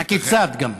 גם: